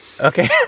Okay